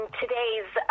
today's